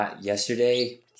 yesterday